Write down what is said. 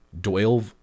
doyle